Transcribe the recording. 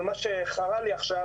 אבל מה שחרה לי עכשיו,